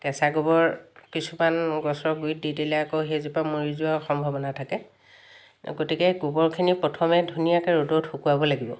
কেঁচা গোবৰ কিছুমান গছৰ গুড়িত দি দিলে আকৌ সেইজোপা মৰি যোৱাৰ সম্ভাৱনা থাকে গতিকে গোবৰখিনি প্ৰথমে ধুনীয়াকৈ ৰ'দত শুকোৱাব লাগিব